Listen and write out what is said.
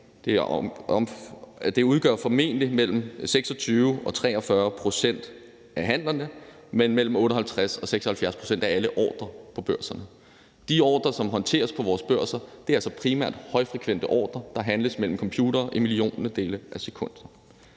Det udgør formentlig mellem 26 og 43 pct. af handlerne, men mellem 58 og 76 pct. af alle ordrer på børserne. De ordrer, som håndteres på vores børser, er altså primært højfrekvente ordrer, der handles mellem computere i milliontedele af sekunder.